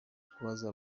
kubaza